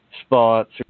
spots